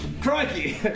Crikey